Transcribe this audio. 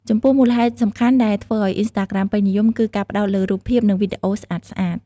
ចំពោះ មូលហេតុសំខាន់ដែលធ្វើឱ្យ អុីនស្តាក្រាម ពេញនិយម គឺការ ផ្តោតលើរូបភាព និងវីដេអូស្អាតៗ។